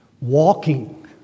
walking